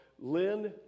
Lynn